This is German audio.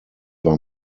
war